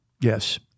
Yes